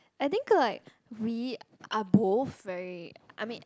I think like we are both very I mean